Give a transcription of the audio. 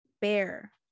Bear